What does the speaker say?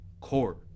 court